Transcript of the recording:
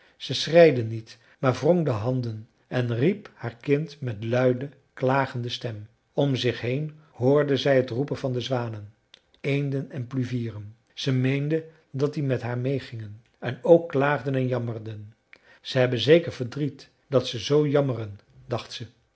ze schreide niet maar wrong de handen en riep haar kind met luide klagende stem om zich heen hoorde zij het roepen van zwanen eenden en pluvieren ze meende dat die met haar meê gingen en ook klaagden en jammerden ze hebben zeker verdriet dat ze zoo jammeren dacht ze